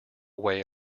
away